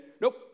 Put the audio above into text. nope